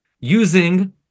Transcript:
using